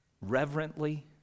reverently